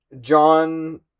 John